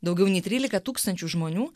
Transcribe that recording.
daugiau nei trylika tūkstančių žmonių